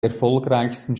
erfolgreichsten